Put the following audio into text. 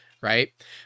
right